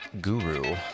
guru